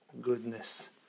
goodness